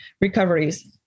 recoveries